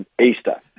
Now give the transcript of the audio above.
Easter